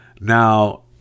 Now